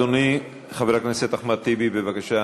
חבר הכנסת אחמד טיבי, בבקשה,